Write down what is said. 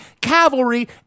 cavalry